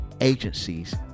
agencies